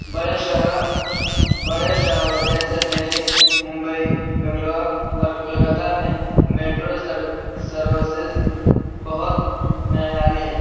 بڑے شہروں بڑے شہڑوں جیسے دہلی ممبئی بنگلور اور کولکاتہ میں میٹرو سر سروسز بہت معیاری ہے